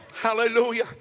Hallelujah